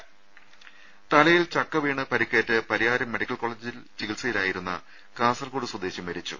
രുദ തലയിൽ ചക്ക വീണ് പരിക്കേറ്റ് പരിയാരം മെഡിക്കൽ കോളേജിൽ ചികിത്സയിലായിരുന്ന കാസർഗോഡ് സ്വദേശി മരിച്ചു